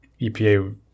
EPA